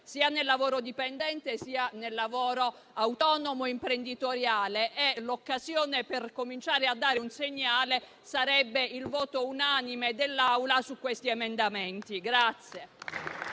sia nel lavoro dipendente, sia nel lavoro autonomo e imprenditoriale. L'occasione per cominciare a dare un segnale sarebbe il voto unanime dell'Assemblea su questi emendamenti.